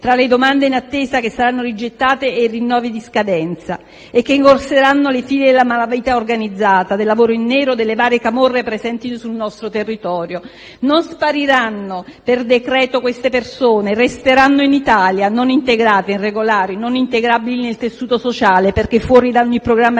tra le domande in attesa che saranno rigettate e rinnovi di scadenza, i quali andranno a rinforzare le fila della criminalità organizzata, del lavoro in nero e delle varie camorre presenti sul nostro territorio. Queste persone non spariranno per decreto, ma resteranno in Italia non integrate, irregolari e non integrabili nel tessuto sociale perché fuori da ogni programma